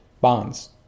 bonds